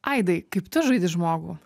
aidai kaip tu žaidi žmogų